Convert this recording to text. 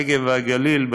הנגב והגליל,